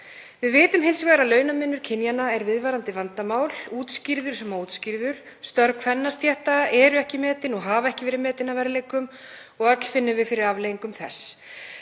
Við vitum hins vegar að launamunur kynjanna er viðvarandi vandamál, útskýrður sem óútskýrður. Störf kvennastétta eru ekki metin og hafa ekki verið metin að verðleikum og öll finnum við fyrir afleiðingum þess.